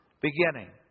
beginning